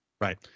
right